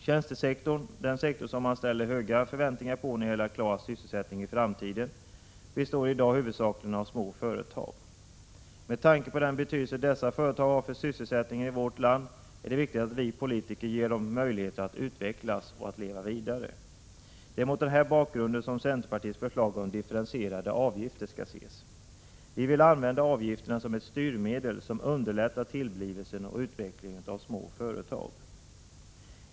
Tjänstesektorn, den sektor som man ställer höga förväntningar på när det gäller att klara sysselsättningen i framtiden, består i dag huvudsakligen av små företag. Med tanke på den betydelse dessa företag har för sysselsättningen i vårt land är det viktigt att vi politiker ger dem möjligheter att utvecklas och leva vidare. Det är mot den här bakgrunden som centerpartiets förslag om differentierade avgifter skall ses. Vi vill använda avgifterna som ett styrmedel som underlättar tillblivelsen och utvecklingen av små företag.